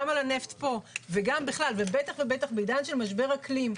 גם לגבי הנפט פה ובטח ובטח בעידן של משבר אקלים,